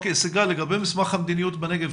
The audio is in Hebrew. לגבי מסמך המדיניות בנגב,